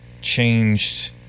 Changed